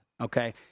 Okay